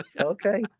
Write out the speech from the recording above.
okay